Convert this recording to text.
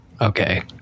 Okay